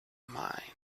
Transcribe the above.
mind